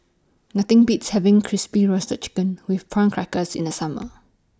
Nothing Beats having Crispy Roasted Chicken with Prawn Crackers in The Summer